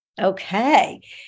Okay